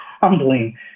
humbling